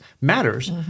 matters